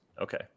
Okay